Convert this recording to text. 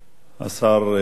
השר בגין,